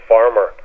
Farmer